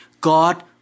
God